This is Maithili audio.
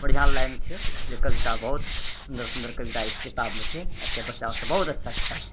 बढ़िआँ लयमे छै इसलिए कविता बहुत सुन्दर सुन्दर कविता इस किताबमे छै बच्चाके बहुत अच्छा किताब छै